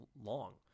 long